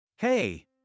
hey